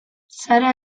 sara